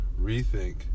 rethink